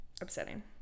upsetting